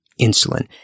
insulin